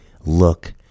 look